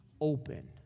open